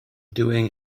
doing